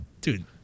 dude